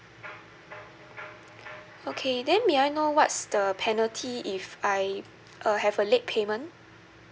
okay then may I know what's the penalty if I uh have a late payment